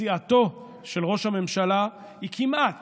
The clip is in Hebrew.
סיעתו של ראש הממשלה היא כמעט